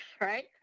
right